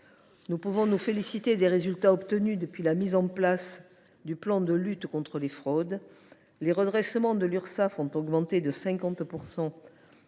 Nous pouvons nous féliciter des résultats obtenus depuis la mise en place du plan de lutte contre les fraudes. Les redressements de l’Urssaf ont augmenté de 50